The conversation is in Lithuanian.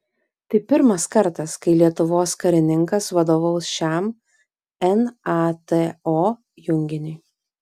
tai pirmas kartas kai lietuvos karininkas vadovaus šiam nato junginiui